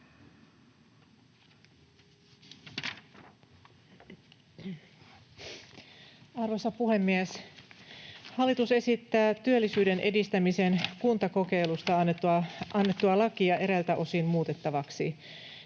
Arvoisa puhemies! Hallitus esittää työllisyyden edistämisen kuntakokeilusta annettua lakia eräiltä osin muutettavaksi.